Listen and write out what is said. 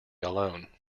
alone